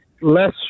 less